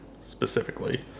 specifically